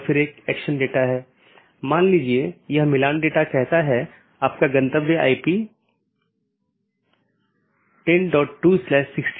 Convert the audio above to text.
एक अन्य संदेश सूचना है यह संदेश भेजा जाता है जब कोई त्रुटि होती है जिससे त्रुटि का पता लगाया जाता है